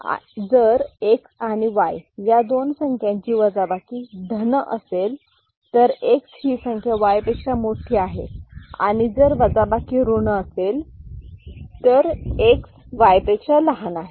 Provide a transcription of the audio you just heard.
जर X आणि Y या दोन संख्यांची वजाबाकी धन असेल तर X ही संख्या Y पेक्षा मोठी आहे आणि जर वजाबाकी ऋण असेल तर X Y पेक्षा लहान आहे